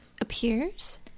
appears